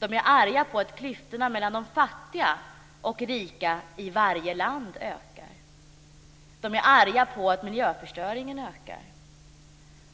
De är arga på att klyftorna mellan de fattiga och de rika i varje land ökar. De är arga på att miljöförstöringen ökar.